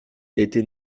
était